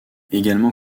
également